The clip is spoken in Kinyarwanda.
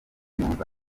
numva